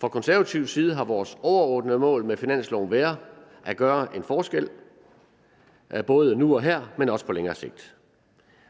Fra konservativ side har vores overordnede mål med finansloven været at gøre en forskel, både nu og her og på længere sigt.